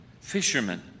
fishermen